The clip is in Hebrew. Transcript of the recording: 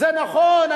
זה נכון,